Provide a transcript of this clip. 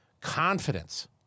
confidence